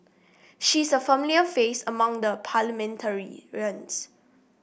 she is a familiar face among the